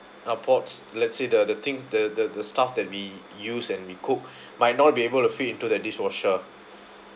uh pots let's say the things the the the stuff that we use and we cook might not be able to feed into the dishwasher